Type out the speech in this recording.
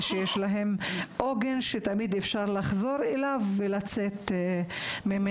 שיש להם עוגן שהם יוכלו לחזור אליו ולצאת ממנו.